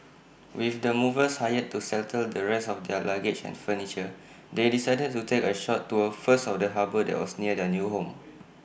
with the movers hired to settle the rest of their luggage and furniture they decided to take A short tour first of the harbour that was near their new home